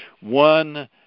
one